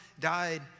died